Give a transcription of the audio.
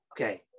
okay